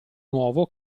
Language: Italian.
nuovo